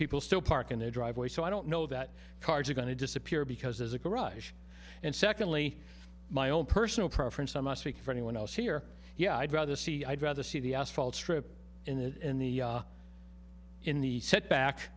people still park in their driveway so i don't know that cars are going to disappear because there's a garage and secondly my own personal preference i must speak for anyone else here yeah i'd rather see i'd rather see the asphalt strip in the in the